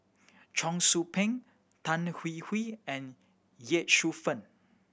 Cheong Soo Pieng Tan Hwee Hwee and Ye Shufang